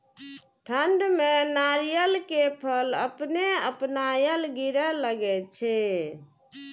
ठंड में नारियल के फल अपने अपनायल गिरे लगए छे?